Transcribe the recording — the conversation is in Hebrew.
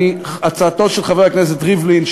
הצעתו של חבר הכנסת ריבלין,